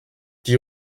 die